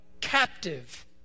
captive